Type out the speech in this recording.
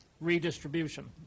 redistribution